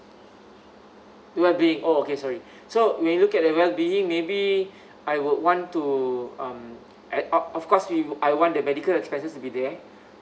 well being oh okay sorry so we're looking at well being maybe I would want to um add up of course we I want the medical expenses be there